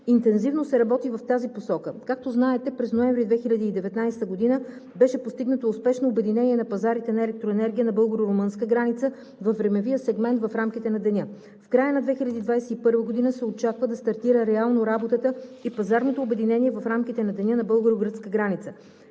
интензивно се работи в тази посока. Както знаете, през ноември 2019 г. беше постигнато успешно обединение на пазарите на електроенергия на българо-румънска граница във времевия сегмент в рамките на деня. В края на 2021 г. се очаква да стартира реално работата и пазарното обединение в рамките на деня на българо-гръцката граница.